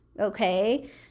okay